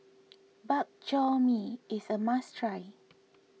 Bak Chor Mee is a must try